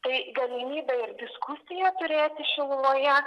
tai galimybė ir diskusiją turėti šiluvoje